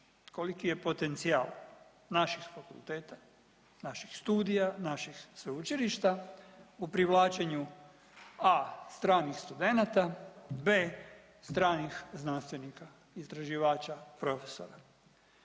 koliki je potencijal naših fakulteta, naših studija, naših sveučilišta u privlačenju a) stranih studenata, b) stranih znanstvenika, istraživača, profesora,